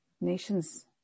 Nations